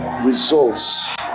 Results